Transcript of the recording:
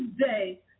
today